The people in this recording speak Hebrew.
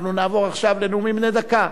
אנחנו נעבור עכשיו לנאומים בני דקה,